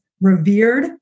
revered